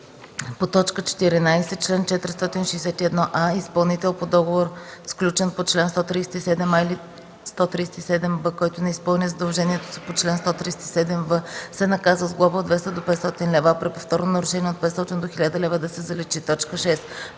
По т. 14: „Чл. 461а. Изпълнител по договор, сключен по чл. 137а или 137б, който не изпълни задължението си по чл. 137в, се наказва с глоба от 200 до 500 лв., а при повторно нарушение – от 500 до 1000 лв. – да се заличи. 6.